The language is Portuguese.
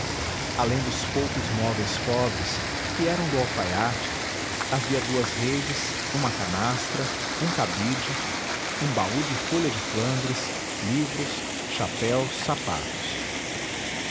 além dos poucos móveis pobres que eram do alfaiate havia duas redes uma canastra um cabide um baú de folha de flandres livros chapéus sapatos